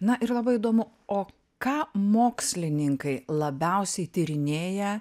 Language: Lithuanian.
na yra labai įdomu o ką mokslininkai labiausiai tyrinėja